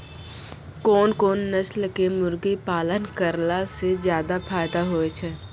कोन कोन नस्ल के मुर्गी पालन करला से ज्यादा फायदा होय छै?